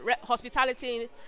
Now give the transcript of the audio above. hospitality